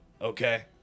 okay